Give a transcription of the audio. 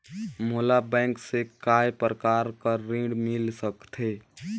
मोला बैंक से काय प्रकार कर ऋण मिल सकथे?